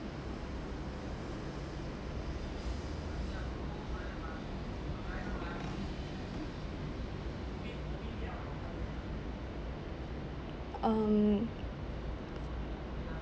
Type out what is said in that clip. um